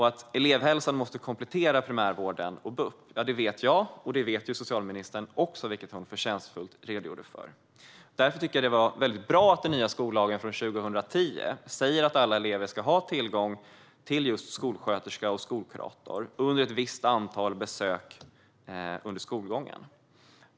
Att elevhälsan måste komplettera primärvården och BUP vet jag - det vet också socialministern, vilket hon förtjänstfullt redogjorde för. Därför tycker jag att det är väldigt bra att den nya skollagen från 2010 säger att alla elever ska ha tillgång till skolsköterska och skolkurator under ett visst antal besök under skolgången.